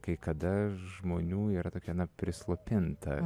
kai kada žmonių yra tokia na prislopinta